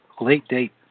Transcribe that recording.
late-date